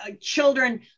children